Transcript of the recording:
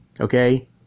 okay